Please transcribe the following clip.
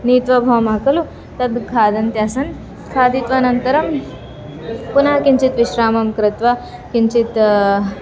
नीत्वा भवामः खलु तद् खादन्त्यासं खादित्वानन्तरं पुनः किञ्चित् विश्रामं कृत्वा किञ्चित्